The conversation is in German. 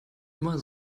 immer